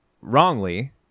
wrongly